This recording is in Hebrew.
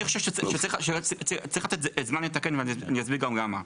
אני חושב שצריך לתת זמן לתקן ואני אסביר גם למה.